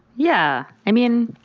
yeah, i mean,